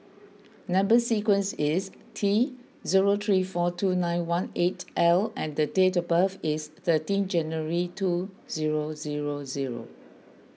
Number Sequence is T zero three four two nine one eight L and date of birth is thirteen January two zero zero zero